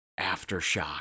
Aftershock